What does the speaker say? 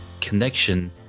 connection